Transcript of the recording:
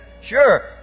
Sure